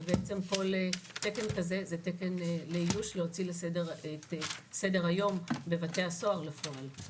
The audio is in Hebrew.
ובעצם כל תקן כזה הוא תקן לאיוש להוציא את סדר- היום בבתי הסוהר לפועל.